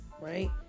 right